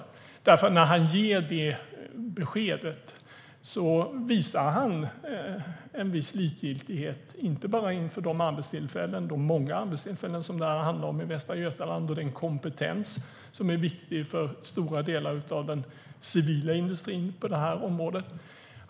När han ger det beskedet visar han en viss likgiltighet inte bara inför de många arbetstillfällen som det här handlar om i Västra Götaland och den kompetens som är viktig för stora delar av den civila industrin på det här området.